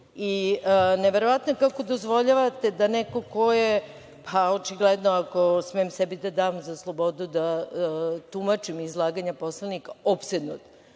Neverovatno je kako dozvoljavate da neko ko je, očigledno, ako smem sebi da dam slobodu da tumačim izlaganja poslanika, opsednut